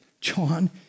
John